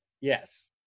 yes